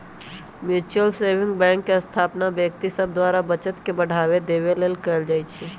mutual saving bank के स्थापना व्यक्ति सभ द्वारा बचत के बढ़ावा देबे लेल कयल जाइ छइ